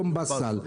יום בסל".